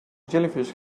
jellyfish